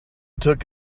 took